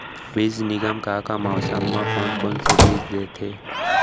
बीज निगम का का मौसम मा, कौन कौन से बीज देथे?